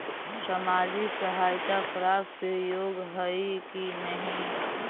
सामाजिक सहायता प्राप्त के योग्य हई कि नहीं?